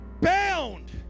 Bound